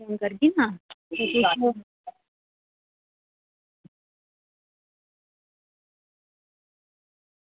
phone करगी न